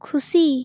ᱠᱷᱩᱥᱤ